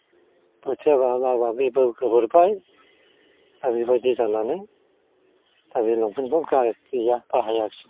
बोथिया माबा माबिबो गोबोरबाय दा बेबायदि जानानै दा बे लंफेनखौ गार गैया बाहायासै